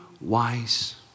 wise